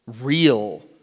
real